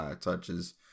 touches